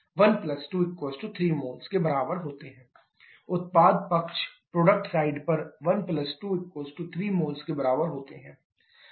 123 moles के बराबर होते है उत्पाद पक्ष पर 123 मोल्स के बराबर होते है